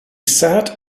sat